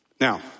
Now